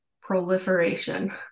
proliferation